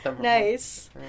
Nice